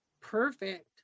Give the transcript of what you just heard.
perfect